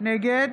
נגד